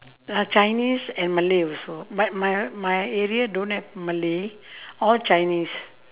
uh chinese and malay also but my my area don't have malay all chinese